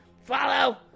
Follow